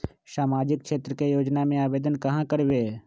सामाजिक क्षेत्र के योजना में आवेदन कहाँ करवे?